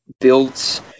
built